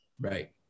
Right